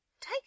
take